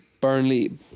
Burnley